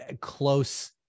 close